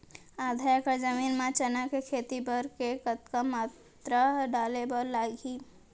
आधा एकड़ जमीन मा चना के खेती बर के कतका मात्रा डाले बर लागही?